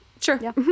Sure